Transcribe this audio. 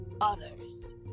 others